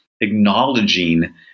acknowledging